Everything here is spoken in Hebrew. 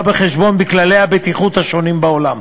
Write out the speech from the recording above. בחשבון בכללי הבטיחות השונים בעולם.